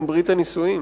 גם ברית הנישואים,